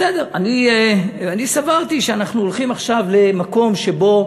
בסדר, אני סברתי שאנחנו הולכים עכשיו למקום שבו